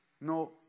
No